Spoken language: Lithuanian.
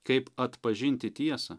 kaip atpažinti tiesą